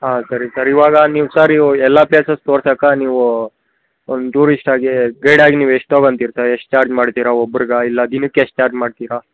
ಹಾಂ ಸರಿ ಸರ್ ಇವಾಗ ನೀವು ಸರ್ ನೀವು ಎಲ್ಲ ಪ್ಲೇಸಸ್ ತೋರ್ಸಾಕೆ ನೀವು ಒಂದು ಟೂರಿಸ್ಟ್ ಆಗಿ ಗೈಡ್ ಆಗಿ ನೀವು ಎಷ್ಟು ತಗೊಂತಿರ ಸರ್ ಎಷ್ಟು ಚಾರ್ಜ್ ಮಾಡ್ತೀರ ಒಬ್ರಗೆ ಇಲ್ಲ ದಿನಕ್ಕೆ ಎಷ್ಟು ಚಾರ್ಜ್ ಮಾಡ್ತೀರ